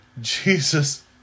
Jesus